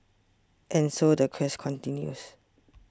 and so the quest continues